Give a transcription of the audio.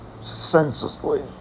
senselessly